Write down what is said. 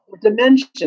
dimension